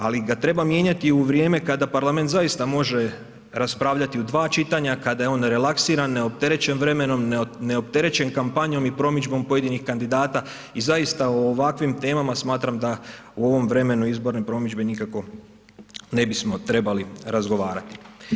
Ali ga treba mijenjati u vrijeme kada Parlament zaista može raspravljati u dva čitanja, kada je on relaksiran, neopterećen vremenom, neopterećen kampanjom i promidžbom pojedinih kandidata i zaista o ovakvim temama smatram da u ovom vremenu izborne promidžbe nikako ne bismo trebali razgovarati.